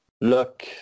look